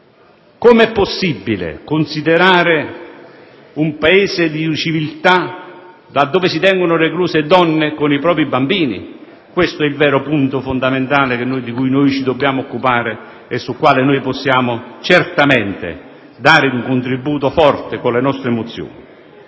signor Presidente, considerare un Paese di civiltà quello in cui si tengono recluse donne con i propri bambini? Questo è il vero punto fondamentale di cui ci dobbiamo occupare e sul quale possiamo certamente dare un contributo forte con le nostre mozioni.